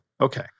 Okay